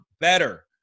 better